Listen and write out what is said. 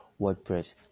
wordpress